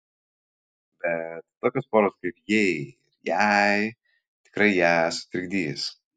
bet tokios poros kaip jei ir jai tikrai ją sutrikdys